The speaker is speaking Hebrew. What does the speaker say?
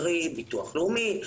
קרי ביטוח לאומי,